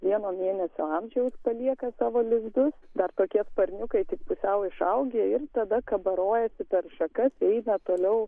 vieno mėnesio amžiaus palieka savo lizdus dar kokie sparniukai tik pusiau išaugę ir tada kabarojasi per šakas eina toliau